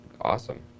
awesome